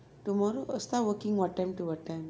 tomorrow uh start working what time to what time